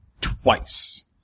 twice